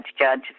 judge